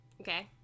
Okay